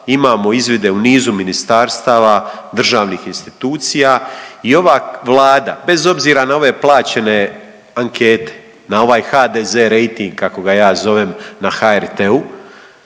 imamo izvide u nizu ministarstava, državnih institucija i ova Vlada bez obzira na ove plaćene ankete, na ovaj HDZ rejting kako ga ja zovem, na HRT-u,